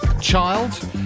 Child